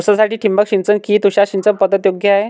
ऊसासाठी ठिबक सिंचन कि तुषार सिंचन पद्धत योग्य आहे?